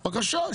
בבקשה.